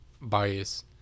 bias